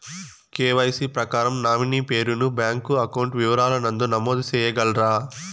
KYC ప్రకారం nominee పేరు ను బ్యాంకు అకౌంట్ వివరాల నందు నమోదు సేయగలరా?